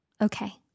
Okay